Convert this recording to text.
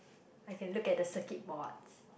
I can look at the circuit boards